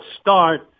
start